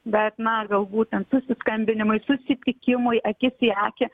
bet na galbūt ten susiskambinimui susitikimui akis į akį